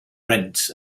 rents